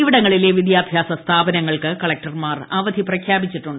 ഇവിടങ്ങളിലെ വിദ്യാഭ്യാസ സ്ഥാപനങ്ങൾക്ക് കളക്ടർമാർ അവധി പ്രഖ്യാപിച്ചിട്ടുണ്ട്